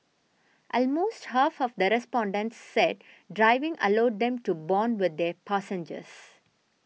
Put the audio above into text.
almost half of the respondents said driving allowed them to bond with their passengers